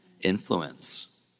influence